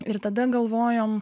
ir tada galvojom